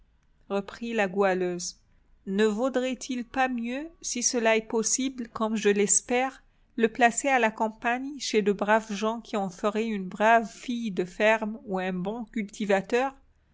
reprit la goualeuse ne vaudrait-il pas mieux si cela est possible comme je l'espère le placer à la campagne chez de braves gens qui en feraient une brave fille de ferme ou un bon cultivateur